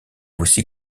aussi